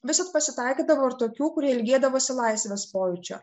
visad pasitaikydavo ir tokių kurie ilgėdavosi laisvės pojūčio